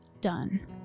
done